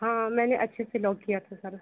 हाँ मैंने अच्छे से लॉक किया था सर